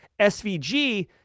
SVG